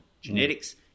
genetics